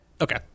Okay